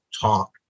talk